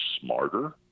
smarter